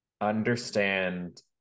Understand